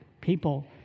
People